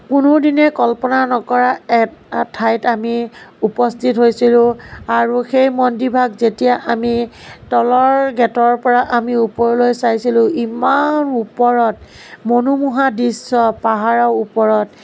কোনোদিনে কল্পনা নকৰা এক ঠাইত আমি উপস্থিত হৈছিলোঁ আৰু সেই মন্দিৰভাগ যেতিয়া আমি তলৰ গেটৰ পৰা আমি ওপৰলৈ চাইছিলোঁ ইমান ওপৰত মনোমোহা দৃশ্য পাহাৰৰ ওপৰত